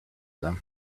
them